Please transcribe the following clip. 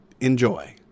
enjoy